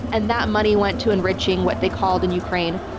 and that money went to enriching what they called in ukraine,